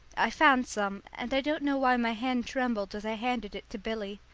i found some, and i don't know why my hand trembled as i handed it to billy.